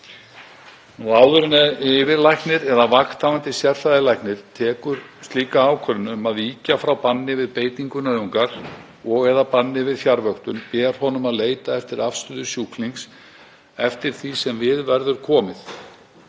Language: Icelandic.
Áður en yfirlæknir eða vakthafandi sérfræðilæknir tekur slíka ákvörðun um að víkja frá banni við beitingu nauðungar og/eða banni við fjarvöktun ber honum að leita eftir afstöðu sjúklings, eftir því sem við verður komið.